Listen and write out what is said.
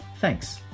Thanks